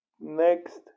Next